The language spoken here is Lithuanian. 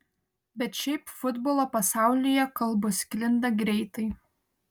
bet šiaip futbolo pasaulyje kalbos sklinda greitai